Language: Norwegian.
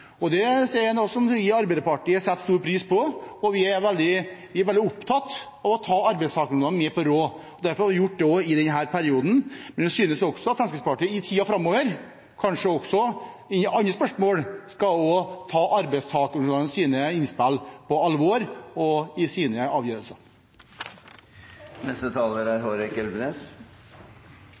Det er noe vi i Arbeiderpartiet setter stor pris på, og vi er veldig opptatt av å ta arbeidstakerorganisasjonene med på råd, og derfor har vi gjort det også i denne perioden, men vi synes også at Fremskrittspartiet i tiden framover – i alle spørsmål – skal ta arbeidsorganisasjonenes innspill på alvor i sine avgjørelser. Denne saken er